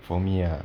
for me ah